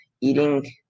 eating